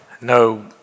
No